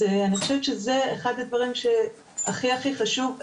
אז אני חושבת שזה אחד הדברים שהכי הכי חשוב,